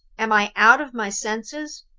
am i out of my senses?